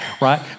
right